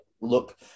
look